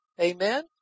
Amen